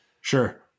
Sure